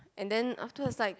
and then afterwards like